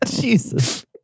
Jesus